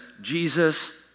Jesus